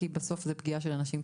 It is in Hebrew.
כי בסוף זה פגיעה באנשים.